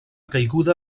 caiguda